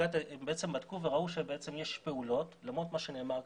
בדקו וראו שלמרות מה שנאמר כאן,